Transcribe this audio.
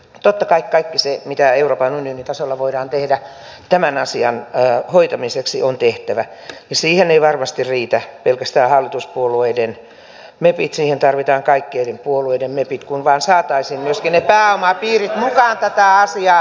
totta kai kaikki se mitä euroopan unionin tasolla voidaan tehdä tämän asian hoitamiseksi on tehtävä ja siihen ei varmasti riitä pelkästään hallituspuolueiden mepit siihen tarvitaan kaikkien eri puolueiden mepit kun vain saataisiin myöskin ne pääomapiirit mukaan tätä asiaa tekemään